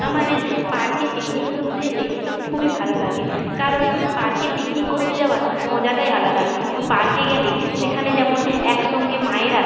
আমাদের পার্কে পিকনিক করতে যেতে খুবই ভালো লাগে কারণ পার্কে পিকনিক করতে যাওয়ার মজাটাই আলাদা পার্কে গেলে সেখানে যেমন একসঙ্গে মায়েরা